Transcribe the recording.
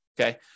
Okay